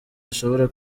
ashobora